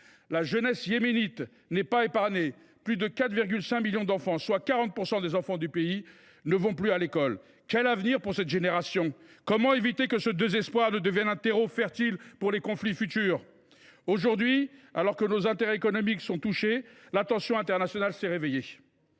La jeunesse yéménite n’est pas épargnée : plus de 4,5 millions d’enfants, soit 40 % des enfants du pays, ne vont plus à l’école. Quel avenir envisager pour cette génération ? Comment éviter que le désespoir ne forme le terreau de conflits futurs ? Aujourd’hui, alors que nos intérêts économiques sont touchés, l’attention internationale s’est réveillée.